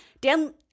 Dan